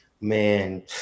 man